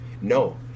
No